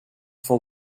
for